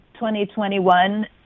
2021